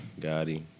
Gotti